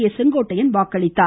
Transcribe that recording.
ஏ செங்கோட்டையன் வாக்களித்தார்